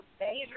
major